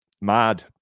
mad